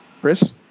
Chris